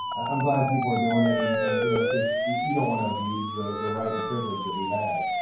i'm glad people are doing it and and you know, because you don't wanna abuse the the right and privilege that we've had.